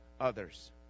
others